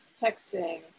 texting